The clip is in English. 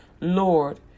Lord